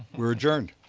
we're adjourned.